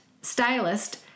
stylist